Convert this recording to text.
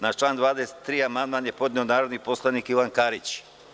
Na član 23. amandman je podneo narodni poslanik Ivan Karić.